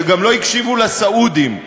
שגם לא הקשיבו לסעודים.